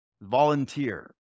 volunteer